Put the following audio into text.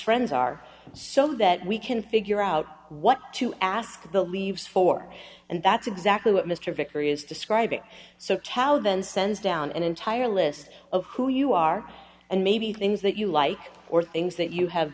friends are so that we can figure out what to ask the leaves for and that's exactly what mr victory is describing so calvin sends down an entire list of who you are and maybe things that you like or things that you have